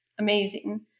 Amazing